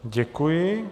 Děkuji.